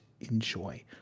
enjoy